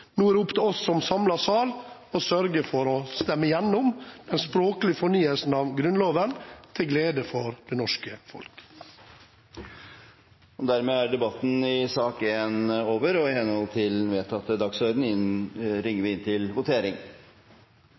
Nå er det opp til oss som samlet sal å sørge for å stemme igjennom den språklige fornyelsen av Grunnloven – til glede for det norske folk. Dermed er debatten i sak nr. 1 avsluttet, og i henhold til den vedtatte dagsordenen vil det bli ringt til votering.